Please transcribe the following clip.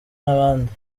n’abandi